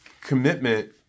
commitment